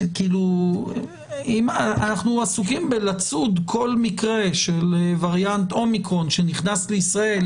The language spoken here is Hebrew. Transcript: אנחנו עסוקים לצוד כל מקרה של וריאנט אומיקרון שנכנס לישראל,